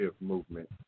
movement